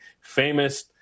famous